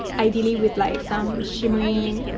ideally with like some shimmery.